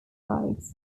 sides